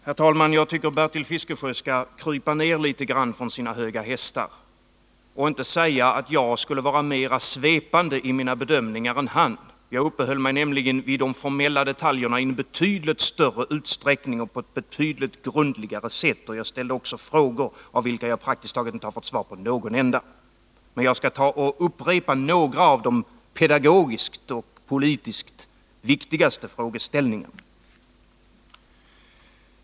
Herr talman! Jag tycker att Bertil Fiskesjö skall krypa ner litet grand från sina höga hästar och inte påstå att jag skulle vara mera svepande i mina bedömningar än han. Jag uppehöll mig nämligen vid de formella detaljerna i en betydligt större utsträckning och på ett betydligt grundligare sätt, och jag ställde också frågor — men jag har praktiskt taget inte fått svar på någon enda av dem. Jag skall upprepa några av de pedagogiskt och politiskt viktigaste frågeställningarna.